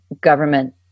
government